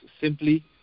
simply